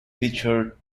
feature